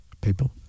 people